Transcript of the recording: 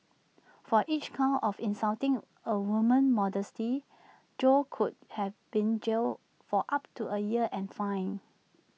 for each count of insulting A woman's modesty Jo could have been jailed for up to A year and fined